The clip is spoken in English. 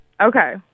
Okay